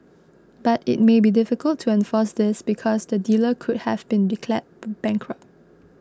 but it may be difficult to enforce this because the dealer could have been declared bankrupt